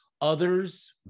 others